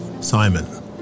Simon